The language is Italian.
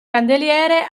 candeliere